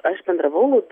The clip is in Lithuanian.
aš bendravau